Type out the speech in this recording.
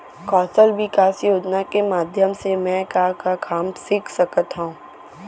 कौशल विकास योजना के माधयम से मैं का का काम सीख सकत हव?